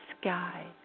sky